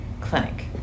clinic